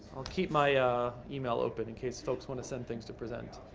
keep my email open in case folks want to send things to present.